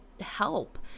help